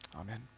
Amen